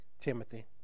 Timothy